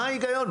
מה ההיגיון?